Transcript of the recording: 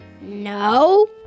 No